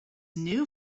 new